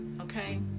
okay